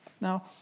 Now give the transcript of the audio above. Now